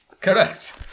Correct